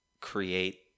create